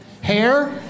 hair